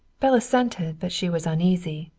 belle assented, but she was uneasy.